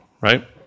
right